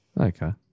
Okay